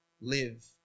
live